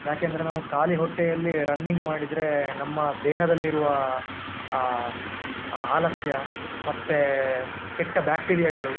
ಯಾಕೆಂದರೆ ನಾವು ಖಾಲಿ ಹೊಟ್ಟೆಯಲ್ಲಿ ರನ್ನಿಂಗ್ ಮಾಡಿದ್ರೆ ನಮ್ಮ ದೇಹದಲ್ಲಿರುವ ಆಲಸ್ಯ ಮತ್ತು ಕೆಟ್ಟ ಬ್ಯಾಕ್ಟಿರ್ಯಾಗಳು